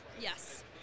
Yes